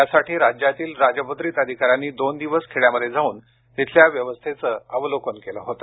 यासाठी राज्यातील राजपत्रित अधिकाऱ्यांनी दोन दिवस खेड्यामध्ये जाऊन तेथील व्यवस्थेचे अवलोकन केलं होतं